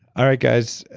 all right guys.